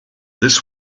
this